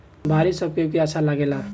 बारिश सब केहू के अच्छा लागेला